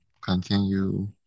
continue